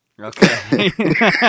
Okay